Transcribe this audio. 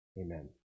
Amen